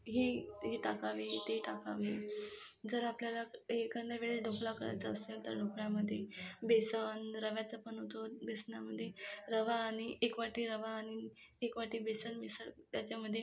हे हे टाकावे ते टाकावे जर आपल्याला एखाद्या वेळेस ढोकळा करायचा असेल तर ढोकळ्यामध्ये बेसन रव्याचापण होतो बेसनामध्ये रवा आणि एक वाटी रवा आणि एक वाटी बेसन मिसळ त्याच्यामध्ये